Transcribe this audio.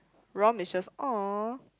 rom is just um